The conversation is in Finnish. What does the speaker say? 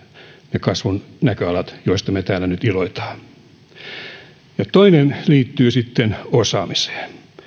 ne kasvun näköalat joista me täällä nyt iloitsemme toinen asia liittyy sitten osaamiseen